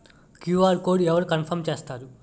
QR code అవరు confirm చేస్తారు?